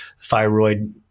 thyroid